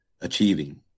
achieving